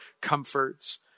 comforts